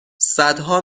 صدها